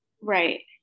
Right